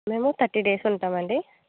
మేము thirty days ఉంటామండి